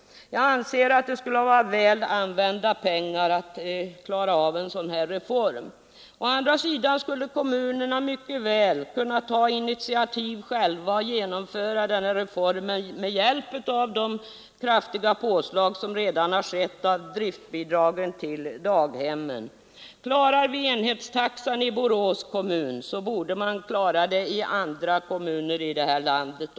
Jag anser att detta vore väl använda pengar för att genomföra en sådan reform. Å andra sidan skulle kommunerna mycket väl kunna ta initiativ och själva genomföra en reform med hjälp av de kraftiga påslag som redan skett i fråga om driftbidragen till daghemmen. Klarar vi enhetstaxan i Borås kommun, borde man kunna klara den även i andra kommuner i landet.